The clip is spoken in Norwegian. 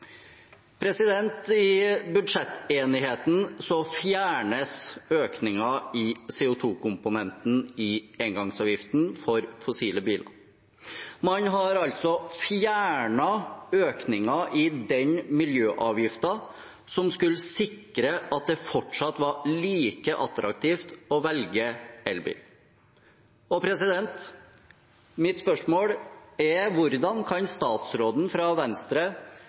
I budsjettenigheten fjernes økningen i CO 2 -komponenten i engangsavgiften for fossilbiler. Man har altså fjernet økningen i den miljøavgiften som skulle sikre at det fortsatt var like attraktivt å velge elbil. Mitt spørsmål er: Hvordan kan statsråden fra Venstre